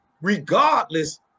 Regardless